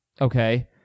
Okay